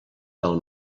del